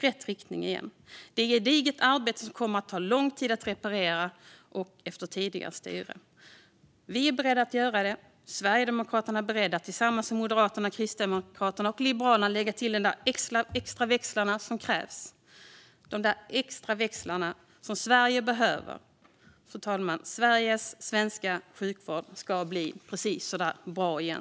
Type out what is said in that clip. Det är ett gediget arbete som kommer att ta lång tid att reparera efter tidigare styre, och Sverigedemokraterna är beredda att tillsammans med Moderaterna, Kristdemokraterna och Liberalerna lägga i de extra växlar som krävs och som Sverige behöver. Fru talman! Den svenska sjukvården ska bli bra igen!